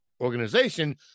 organization